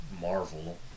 Marvel